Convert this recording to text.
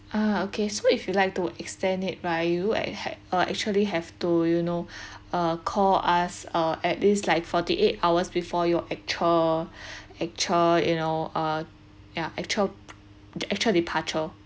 ah okay so if you'd like to extend it right you had uh actually have to you know uh call us uh at least like forty eight hours before your actual actual you know uh ya actual the actual departure